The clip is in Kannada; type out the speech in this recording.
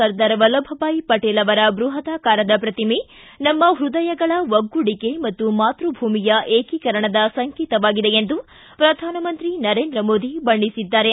ಸರ್ದಾರ್ ವಲ್ಲಭಭಾಯ್ ಪಟೇಲ್ ಅವರ ಬೃಹದಾಕಾರದ ಪ್ರತಿಮೆ ನಮ್ಮ ಹೃದಯಗಳ ಒಗ್ಗೂಡಿಕೆ ಮತ್ತು ಮಾತೃಭೂಮಿಯ ಏಕೀಕರಣದ ಸಂಕೇತವಾಗಿದೆ ಎಂದು ಪ್ರಧಾನಮಂತ್ರಿ ನರೇಂದ್ರ ಮೋದಿ ಬಣ್ಣಿಸಿದ್ದಾರೆ